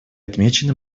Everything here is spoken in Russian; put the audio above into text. отмечены